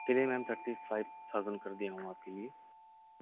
چلیے ma'am thirty five thousand کر دیا ہوں آپ کے لیے